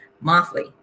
monthly